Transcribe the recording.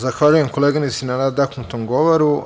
Zahvaljujem, koleginici, na nadahnutom govoru.